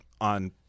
on